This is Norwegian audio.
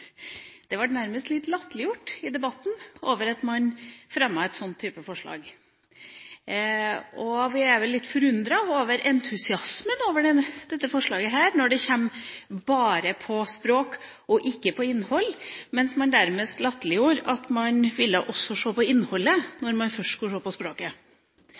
nærmest litt latterliggjort at man fremmet en sånn type forslag. Vi er vel litt forundret over entusiasmen over dette forslaget her, når det går bare på språk og ikke på innhold, mens man nærmest latterliggjorde at man også ville se på innholdet når man først skulle se på språket.